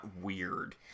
weird